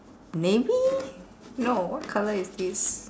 navy no what colour is this